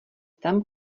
tam